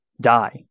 die